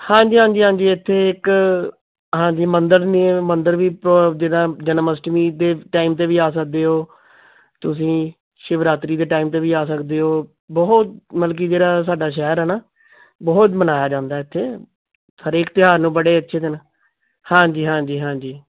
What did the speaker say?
ਹਾਂਜੀ ਹਾਂਜੀ ਹਾਂਜੀ ਇੱਥੇ ਇੱਕ ਹਾਂਜੀ ਮੰਦਰ ਨਹੀਂ ਮੰਦਰ ਵੀ ਬ ਜਿਹੜਾ ਜਨਮ ਅਸ਼ਟਮੀ ਦੇ ਟਾਈਮ 'ਤੇ ਵੀ ਆ ਸਕਦੇ ਹੋ ਤੁਸੀਂ ਸ਼ਿਵਰਾਤਰੀ ਦੇ ਟਾਈਮ 'ਤੇ ਵੀ ਆ ਸਕਦੇ ਹੋ ਬਹੁਤ ਮਤਲਬ ਕਿ ਜਿਹੜਾ ਸਾਡਾ ਸ਼ਹਿਰ ਆ ਨਾ ਬਹੁਤ ਮਨਾਇਆ ਜਾਂਦਾ ਇੱਥੇ ਹਰੇਕ ਤਿਉਹਾਰ ਨੂੰ ਬੜੇ ਅੱਛੇ ਦੇ ਨਾਲ ਹਾਂਜੀ ਹਾਂਜੀ ਹਾਂਜੀ